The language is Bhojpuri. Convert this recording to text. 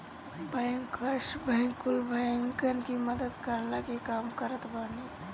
बैंकर्स बैंक कुल बैंकन की मदद करला के काम करत बाने